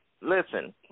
Listen